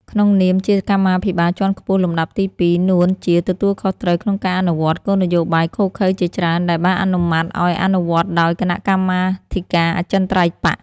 ក្នុងនាម ជាកម្មាភិបាលជាន់ខ្ពស់លំដាប់ទីពីរ នួន ជាទទួលខុសត្រូវក្នុងការអនុវត្ត គោលនយោបាយឃោរឃៅជាច្រើនដែលបានអនុម័តឱ្យអនុវត្តដោយ គណៈកម្មាធិការអចិន្ត្រៃយ៍បក្ស។